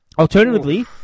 Alternatively